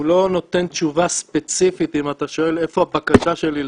הוא לא נותן תשובה ספציפית אם אתה שואל איפה הבקשה שלי לדרכון,